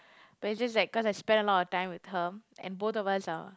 but it's just like cause I spend a lot of time with her and both of us are